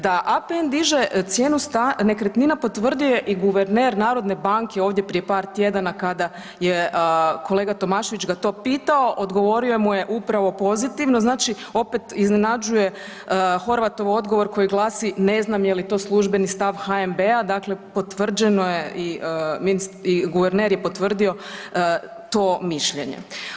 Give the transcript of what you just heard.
Da APN diže cijenu nekretnina, potvrdio je i guverner Narodne banke ovdje prije par tjedana kada je kolega Tomašević ga to pitao, odgovorio mu je upravo pozitivno, znači opet iznenađuje Horvatov odgovor koji glasi „ne znam je li to službeni stav HNB-a“, dakle potvrđeno je, guverner je potvrdio to mišljenje.